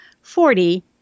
forty